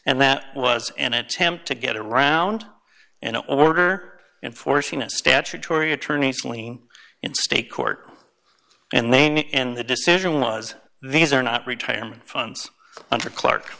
and that was an attempt to get around in order enforcing a statutory attorneys lean in state court and then in the decision was these are not retirement funds under clark